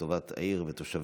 לטובת העיר ותושביה.